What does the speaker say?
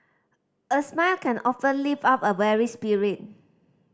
a smile can often lift up a weary spirit